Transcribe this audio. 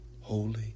holy